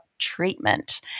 treatment